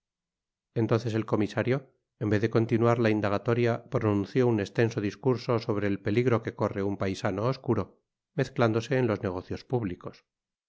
entonces el comisario en vez de continuar la indagatoria pronunció un estenso discurso sobre el peligro que corre un paisano oscuro mezclándose en los negocios públicos